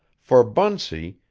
for bunsey,